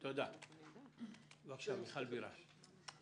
בבקשה, מיכל בירן.